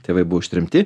tėvai buvo ištremti